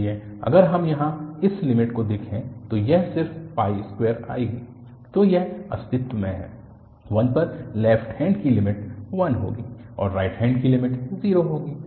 इसलिए अगर हम यहाँ इस लिमिट को देखेंतो यह सिर्फ 2 आएगी तो यह अस्तित्व में है 1 पर लेफ्ट हैन्ड की लिमिट 1 होगी और राइट हैन्ड की लिमिट 0 होगी